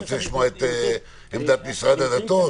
את עמדת משרד הדתות.